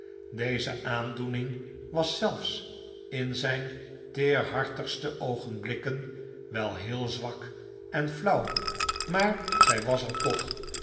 deze aandoening was zelfs in zijn teerhartigste oogenblikken wel heel zwak en flauw maar zij was er toch